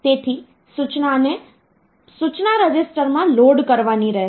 તેથી સૂચનાને સૂચના રજિસ્ટરમાં લોડ કરવાની રહેશે